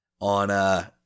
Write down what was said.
on –